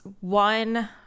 one